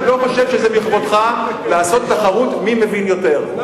אני לא חושב שזה לכבודך לעשות תחרות מי מבין יותר.